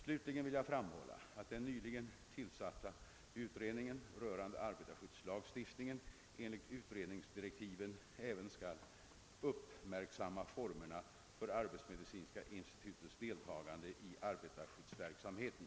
Slutligen vill jag framhålla att den nyligen tillsatta utredningen rörande arbetarskyddslagstiftningen enligt utredningsdirektiven även skall uppmärksamma formerna för arbetsmedicinska institutets deltagande i arbetarskyddsverksamheten.